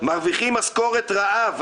מרוויחים משכורת רעב,